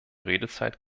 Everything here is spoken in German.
redezeit